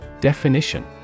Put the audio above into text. Definition